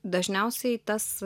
dažniausiai tas